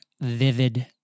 vivid